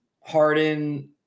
Harden